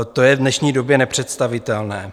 To je v dnešní době nepředstavitelné.